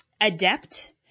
adept